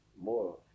more